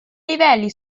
livelli